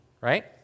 right